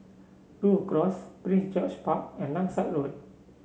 Rhu Cross Prince George Park and Langsat Road